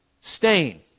stain